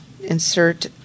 insert